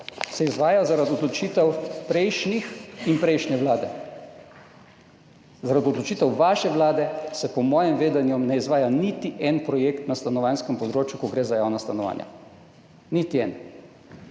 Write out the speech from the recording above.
se izvaja zaradi odločitev prejšnjih vlad. Zaradi odločitev vaše vlade se po mojem vedenju ne izvaja niti en projekt na stanovanjskem področju, ko gre za javna stanovanja. Niti en.